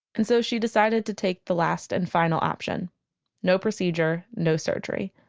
and so she decided to take the last and final option no procedure, no surgery.